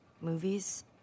Movies